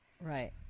Right